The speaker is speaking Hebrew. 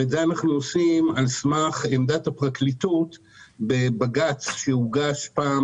ואת זה אנחנו עושים על סמך עמדת הפרקליטות בבג"ץ שהוגש פעם